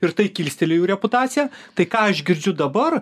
ir tai kilsteli jų reputaciją tai ką aš girdžiu dabar